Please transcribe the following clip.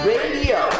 Radio